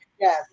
Yes